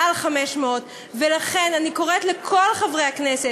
מעל 500. לכן אני קוראת לכל חברי הכנסת,